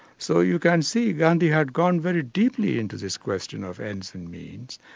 so you can see gandhi had gone very deeply into this question of ends and means,